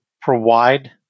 provide